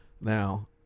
Now